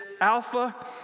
Alpha